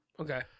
Okay